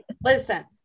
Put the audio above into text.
listen